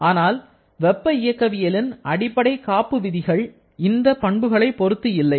ஆனால் வெப்ப இயக்கவியலின் அடிப்படை காப்பு விதிகள் இந்த பண்புகளை பொருத்து இல்லை